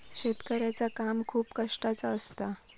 शेतकऱ्याचा काम खूप कष्टाचा असता